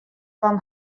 fan